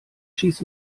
schieß